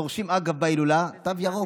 דורשים בהילולה, אגב, תו ירוק,